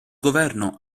governo